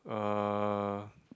ah